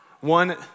one